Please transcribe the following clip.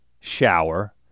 shower